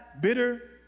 bitter